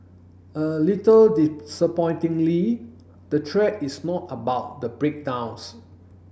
a little disappointingly the thread is not about the breakdowns